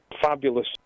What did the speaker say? fabulous